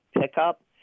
pickup